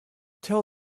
tell